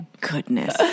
goodness